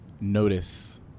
notice